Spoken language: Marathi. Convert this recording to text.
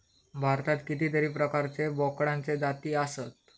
भारतात कितीतरी प्रकारचे बोकडांचे जाती आसत